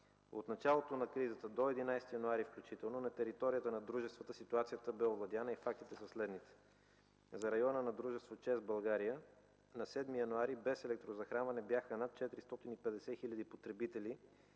От началото на кризата до 11 януари включително, на територията на дружествата ситуацията беше овладяна и фактите са следните. За района на дружество „ЧЕЗ – България”, на 7 януари т.г. без електрозахранване бяха над 450 хил. потребители